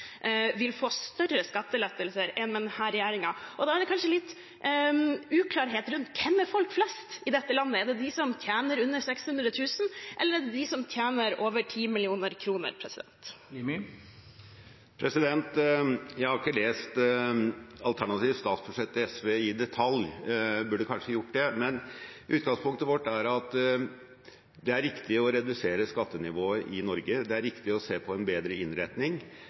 vil få større skattelettelser enn med denne regjeringen. Da er det kanskje litt uklart hvem som er folk flest i dette landet. Er det de som tjener under 600 000 kr, eller er det de som tjener over 10 mill. kr? Jeg har ikke lest SVs alternative statsbudsjett i detalj – det burde jeg kanskje gjort. Utgangspunktet vårt er at det er riktig å redusere skattenivået i Norge. Det er riktig å se på en bedre innretning